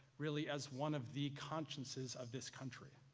really as one of the consciences of this country.